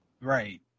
right